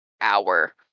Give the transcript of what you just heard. hour